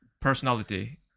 personality